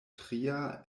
tria